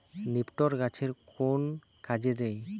নিপটর গাছের কোন কাজে দেয়?